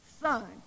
Son